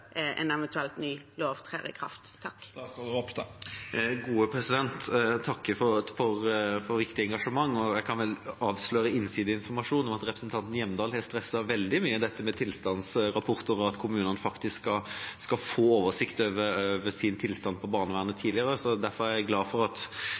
en eventuell ny lov trer i kraft? Jeg takker for et viktig engasjement, og jeg kan vel avsløre innsideinformasjon om at representanten Hjemdal har stresset veldig mye dette med tilstandsrapporter og at kommunene faktisk skal få oversikt over tilstanden på barnevernet